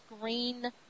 green